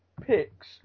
picks